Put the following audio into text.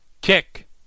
Kick